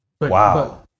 Wow